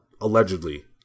allegedly